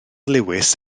lewis